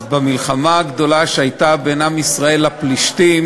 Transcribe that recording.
במלחמה הגדולה שהייתה בין עם ישראל לפלישתים